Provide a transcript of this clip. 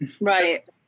Right